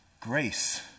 Grace